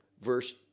verse